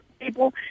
people